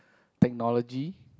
technology